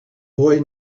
boy